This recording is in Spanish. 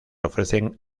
ofrecen